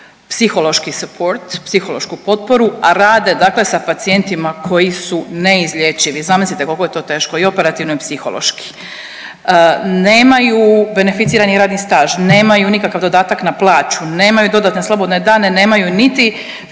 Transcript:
psihološki suport, psihološku potporu, a rade sa pacijentima koji su neizlječivi. Zamislite koliko je to teško i operativno i psihološki. Nemaju benificirani radni staž, nemaju nikakav dodatak na plaću, nemaju dodatne slobodne dane, nemaju niti